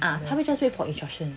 ah 他会 just wait for instructions